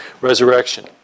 resurrection